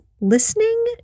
listening